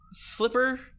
Flipper